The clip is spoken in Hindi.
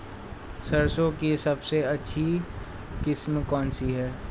सरसों की सबसे अच्छी किस्म कौन सी है?